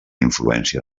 influència